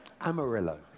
Amarillo